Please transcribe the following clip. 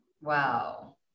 Wow